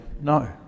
no